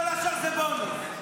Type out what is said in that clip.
כל השאר זה בונוס.